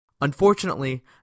Unfortunately